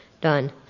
done